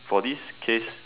for this case